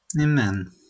Amen